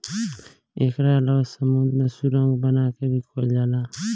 एकरा अलावा समुंद्र में सुरंग बना के भी कईल जाला